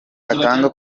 atanga